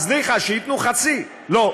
אז ניחא, שייתנו חצי, לא.